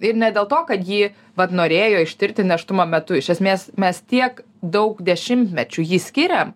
ir ne dėl to kad jį vat norėjo ištirti nėštumo metu iš esmės mes tiek daug dešimtmečių jį skiriam